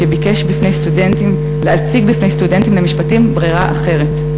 שביקש להציג בפני סטודנטים למשפטים ברירה אחרת.